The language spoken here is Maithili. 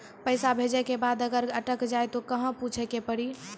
पैसा भेजै के बाद अगर अटक जाए ता कहां पूछे के पड़ी?